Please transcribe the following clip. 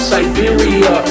Siberia